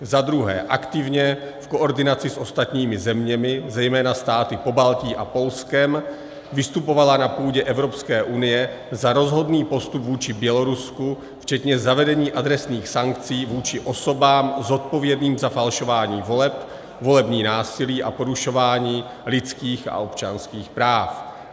II. aktivně v koordinaci s ostatními zeměmi, zejména státy Pobaltí a Polskem, vystupovala na půdě Evropské unie za rozhodný postup vůči Bělorusku, včetně zavedení adresných sankcí vůči osobám zodpovědným za falšování voleb, volební násilí a porušování lidských a občanských práv;